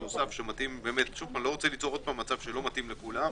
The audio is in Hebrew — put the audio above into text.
כדי ליצור אחידות אתה לא רוצה ליצור מצב שלא מתאים לכולם.